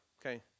okay